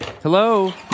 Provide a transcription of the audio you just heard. Hello